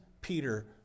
Peter